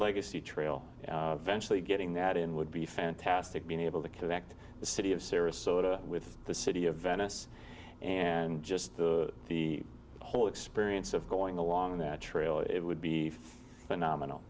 legacy trail vengefully getting that in would be fantastic being able to connect the city of serious with the city of venice and just the the whole experience of going along the trail it would be phenomenal